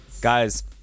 guys